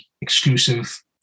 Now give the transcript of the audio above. exclusive